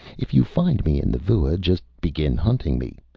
if you find me in the vua, just begin hunting me.